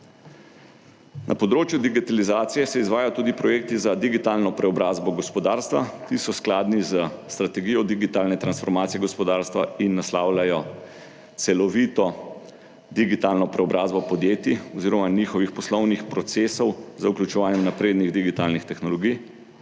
Na področju digitalizacije se izvajajo tudi projekti za digitalno preobrazbo gospodarstva, ki so skladni s strategijo digitalne transformacije gospodarstva in naslavljajo celovito digitalno preobrazbo podjetij oziroma njihovih poslovnih procesov za vključevanje naprednih digitalnih tehnologij.